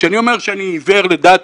וכשאני אומר שאני עיוור לדת,